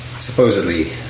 Supposedly